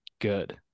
good